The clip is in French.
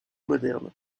moderne